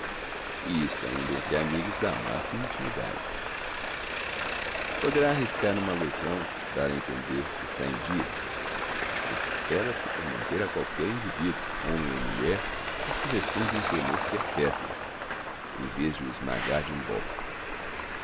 isto ainda entre amigos da maxima intimidade poderá arriscar uma allusão dar a entender que está em dia mas pella se por manter a qualquer individuo homem ou mulher na sugestão de um temor perpetuo em vez de o esmagar de um golpe